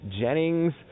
Jennings